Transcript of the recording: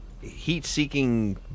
heat-seeking